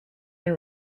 and